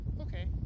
okay